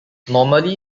normally